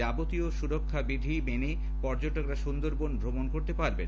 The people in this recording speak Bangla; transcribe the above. যাবতীয় সুরক্ষা বিধি মেনে পর্যটকরা সুন্দরবন ভ্রমণ করতে পারবেন